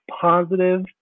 positive